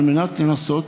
כדי לנסות,